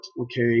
okay